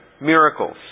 miracles